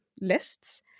lists